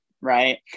Right